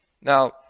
Now